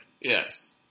Yes